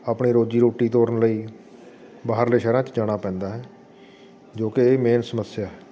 ਆਪਣੇ ਰੋਜ਼ੀ ਰੋਟੀ ਤੋਰਨ ਲਈ ਬਾਹਰਲੇ ਸ਼ਹਿਰਾਂ 'ਚ ਜਾਣਾ ਪੈਂਦਾ ਹੈ ਜੋ ਕਿ ਇਹ ਮੇਨ ਸਮੱਸਿਆ ਹੈ